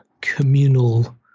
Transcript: communal